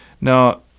Now